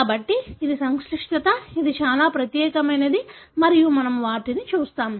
కాబట్టి ఇది సంక్లిష్టత ఇది చాలా ప్రత్యేకమైనది మరియు మనము వాటిని చూస్తాము